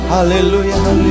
Hallelujah